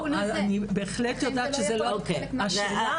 אני בהחלט יודעת שזה לא --- מאירה,